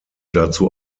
dazu